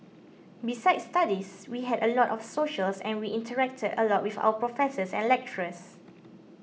besides studies we had a lot of socials and we interacted a lot with our professors and lecturers